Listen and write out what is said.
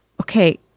okay